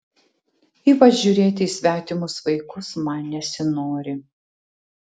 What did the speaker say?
ypač žiūrėti į svetimus vaikus man nesinori